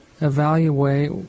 evaluate